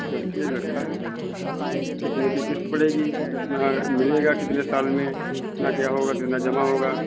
लड़की है लड़का है कितने की किश्त पड़ेगी कितना मिलेगा कितने साल में कितना क्या होगा कितना जमा होगा